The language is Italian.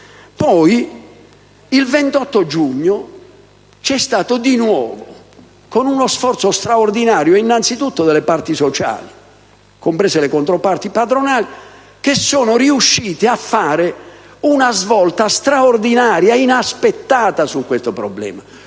Poi, il 28 giugno scorso, è stato compiuto di nuovo uno sforzo straordinario, innanzitutto delle parte sociali, comprese le controparti padronali, che sono riuscite a realizzare una svolta, straordinaria e inaspettata, su questo problema,